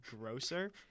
grosser